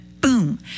boom